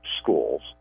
schools